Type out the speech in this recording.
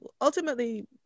ultimately